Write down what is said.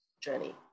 journey